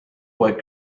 poeg